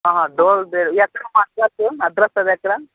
door delivery ఎక్కడమ్మ address address అది ఎక్కడ